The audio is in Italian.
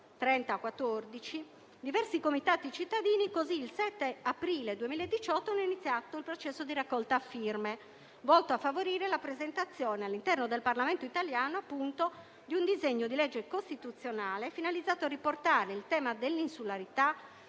diversi comitati di cittadini il 7 aprile 2018 hanno iniziato il processo di raccolta firme, volto a favorire la presentazione, all'interno del Parlamento italiano, di un disegno di legge costituzionale finalizzato a riportare il tema dell'insularità